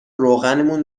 روغنمون